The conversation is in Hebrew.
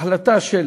החלטה של